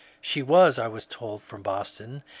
she was, i was told, from boston,